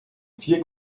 vier